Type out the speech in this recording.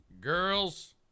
Girls